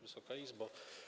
Wysoka Izbo!